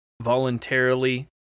voluntarily